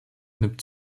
nimmt